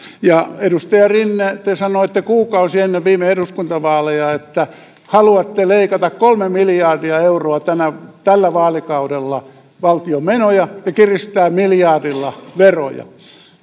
edustaja rinne te sanoitte kuukausi ennen viime eduskuntavaaleja että haluatte leikata kolme miljardia euroa tällä vaalikaudella valtion menoja ja kiristää miljardilla veroja